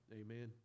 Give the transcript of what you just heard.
Amen